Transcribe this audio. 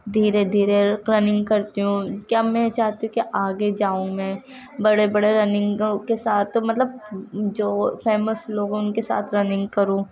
دھیرے دھیرے رننگ کرتی ہوں کیا میں چاہتی ہوں کہ آگے جاؤں میں بڑے بڑے کے ساتھ مطلب جو فیمس لوگ ہیں ان کے ساتھ رننگ کروں